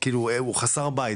כאילו הוא חסר בית,